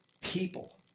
People